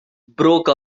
broke